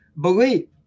believe